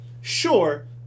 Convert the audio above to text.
sure